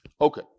Okay